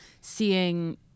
seeing